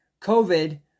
COVID